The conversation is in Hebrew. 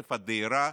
קצב הדהירה